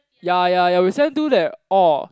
ya ya ya we send to that orh